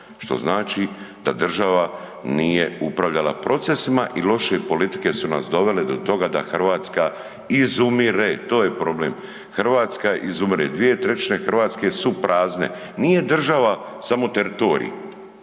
što znači da država nije upravljala procesima i loše politike su nas dovele do toga da Hrvatska izumire. To je problem, Hrvatska izumire, 2/3 Hrvatske su prazne. Nije država samo teritorij,